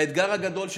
האתגר הגדול שלנו,